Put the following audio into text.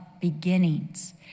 beginnings